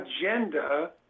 agenda